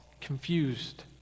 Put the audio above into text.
confused